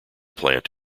plant